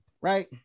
right